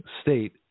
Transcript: State